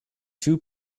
two